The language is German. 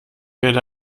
werde